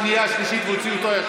שנייה שלישית ואוציא אותו.